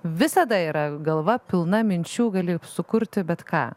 visada yra galva pilna minčių gali sukurti bet ką